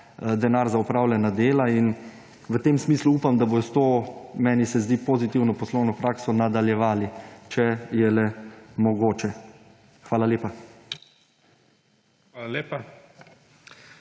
denar za opravljena dela. V tem smislu upam, da bodo s to, meni se zdi, pozitivno poslovno prakso nadaljevali, če je le mogoče. Hvala lepa.